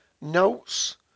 notes